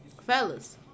Fellas